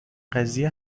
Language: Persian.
قضیه